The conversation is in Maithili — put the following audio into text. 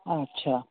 अच्छा